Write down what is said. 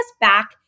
back